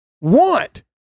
want